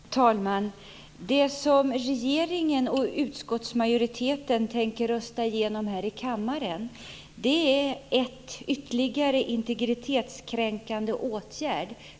Fru talman! Det som regeringen och utskottsmajoriteten tänker rösta igenom här i kammaren är ytterligare en integritetskränkande åtgärd.